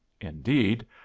Indeed